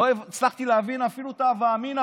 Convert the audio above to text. לא הצלחתי להבין אפילו את ההווה אמינה,